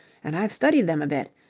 and i've studied them a bit.